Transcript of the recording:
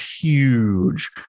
huge